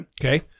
Okay